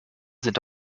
sind